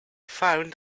found